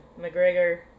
McGregor